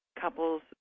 couples